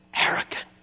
arrogant